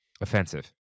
offensive